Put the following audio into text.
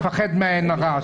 אני מפחד מעין הרע,